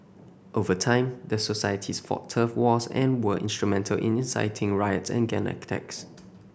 over time the societies fought turf wars and were instrumental in inciting riots and gang attacks